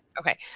okay.